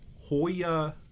Hoya